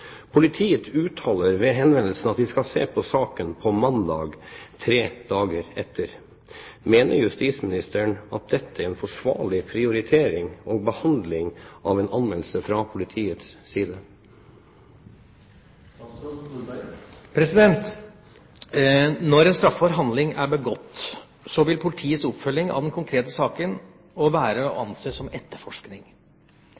Politiet uttaler ved henvendelsen at de skal se på saken på mandag, tre dager etter. Mener statsråden at dette er forsvarlig prioritering og behandling av en anmeldelse fra politiets side?» Når en straffbar handling er begått, vil politiets oppfølging av den konkrete saken være å